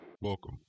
Welcome